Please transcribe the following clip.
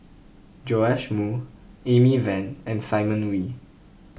Joash Moo Amy Van and Simon Wee